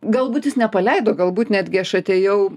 galbūt jis nepaleido galbūt netgi aš atėjau